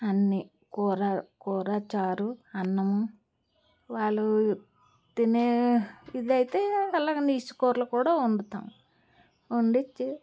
అన్నీ కూర కూర చారు అన్నము వాళ్ళు తినే ఇదైతే అలాగే నీసు కూరలు కూడా వండుతాం వండిచ్చి